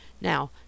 Now